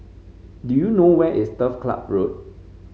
do you know where is Turf Club Road